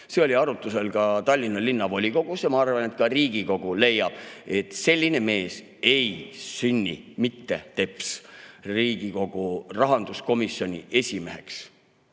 See oli arutlusel ka Tallinna Linnavolikogus. Ma arvan, et ka Riigikogu leiab, et selline mees ei sobi mitte teps Riigikogu rahanduskomisjoni esimeheks.